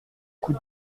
coup